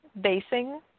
basing